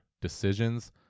decisions